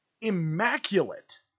immaculate